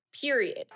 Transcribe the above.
period